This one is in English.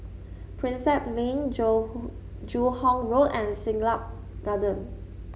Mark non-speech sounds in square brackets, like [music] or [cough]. Prinsep Link [unintelligible] Joo Hong Road and Siglap Garden